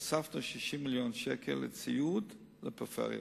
הוספנו 60 מיליון שקלים לציוד בפריפריה,